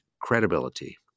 credibility